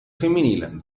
femminile